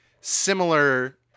similar